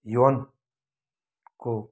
यौवनको